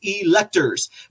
electors